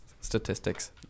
statistics